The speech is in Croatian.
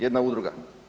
Jedna udruga.